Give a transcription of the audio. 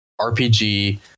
RPG